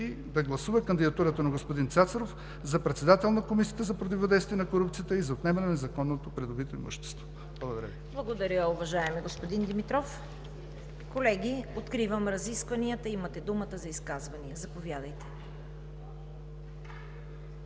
и гласува кандидатурата на господин Цацаров за председател на Комисията за противодействие на корупцията и за отнемане на незаконно придобитото имущество. Благодаря Ви. ПРЕДСЕДАТЕЛ ЦВЕТА КАРАЯНЧЕВА: Благодаря Ви, уважаеми господин Димитров. Колеги, откривам разискванията – имате думата за изказвания, заповядайте.